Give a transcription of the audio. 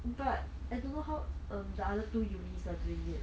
but I don't know how um the other two unis are doing it